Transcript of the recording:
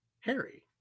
Harry